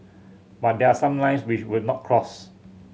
but there are some lines we should not cross